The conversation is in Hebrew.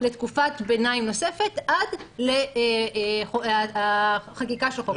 לתקופת ביניים נוספת עד חקיקת חוק המסגרת.